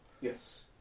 Yes